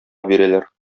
бирәләр